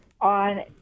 on